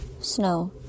Snow